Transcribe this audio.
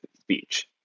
speech